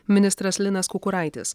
ministras linas kukuraitis